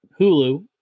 Hulu